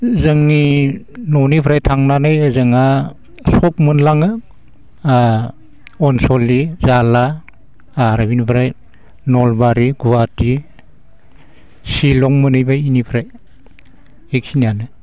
जोंनि न'निफ्राय थांनानै ओजोंहा सख मोनलाङो ओ अनसलि जाला आरो बिनिफ्राय नलबारि गुवाहाटि शिलं मोनहैबाय इनिफ्राय एखिनियानो